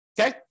okay